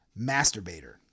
masturbator